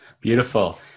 Beautiful